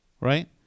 right